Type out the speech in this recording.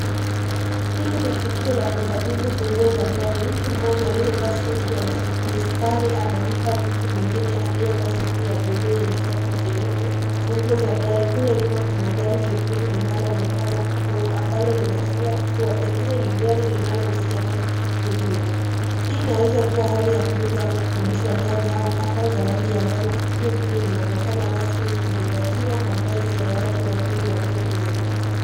Hili ni tukio la kukabidhi funguo za gari. Mtu mmoja aliyevaa suti ya mistari anampa mtu mwingine aliyevaa suti ya buluu yenye shati jeupe funguo za gari. Kule nyuma kuna gari jekundu linaloonekana kidogo ambalo linaashiria kuwa pengine ni gari linalohusiana na tukio hilo. Hii inaweza kuwa hali ya kuuza au kukodisha gari au hata zawadi ya gari. Tukio ile linaonekana rasmi ikizingatiwa mavazi ya watu wawili walio kwenye picha.